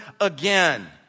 again